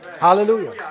Hallelujah